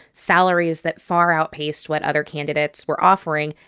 salaries that far outpaced what other candidates were offering.